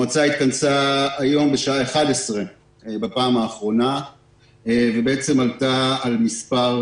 המועצה התכנסה היום בשעה 11 בפעם האחרונה ועלתה על מספר